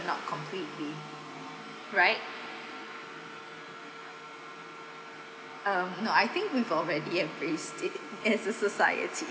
not completely right um no I think we already embraced it as a society